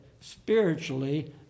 spiritually